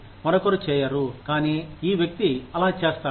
మరొకరు చేయరు కానీ ఈ వ్యక్తి అలా చేస్తాడు